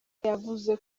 yavuze